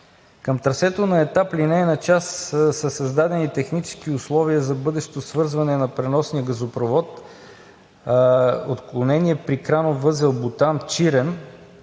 Към трасето на етап „Линейна част“ са създадени технически условия за бъдещо свързване на преносния газопровод – отклонение при кранов възел Бутан – Чирен,